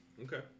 Okay